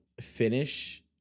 finish